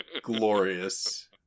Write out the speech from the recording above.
glorious